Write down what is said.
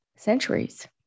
Centuries